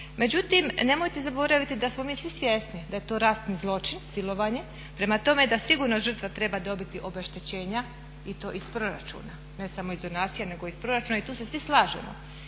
Međutim nemojte zaboraviti da smo mi svi svjesni da je to radni zločin silovanje, prema tome da sigurno žrtva treba dobiti obeštećenja i to iz proračuna, ne samo iz donacija nego iz proračuna i tu se svi slažemo.